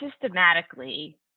systematically